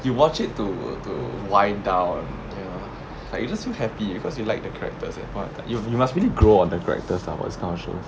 you watch it to to wind down you know like you just feel happy because you like the characters in front of like you you must really grow on the characters lah for this kind of show